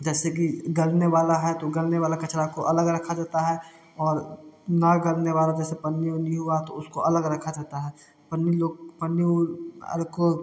जैसे की गलने वाला कचरा है तो गलने वाला कचरा को अलग रखा जाता है और ना गलने वाला जैसे पन्नी वन्नी हुआ तो उसको अलग रखा जाता है पन्नी उड़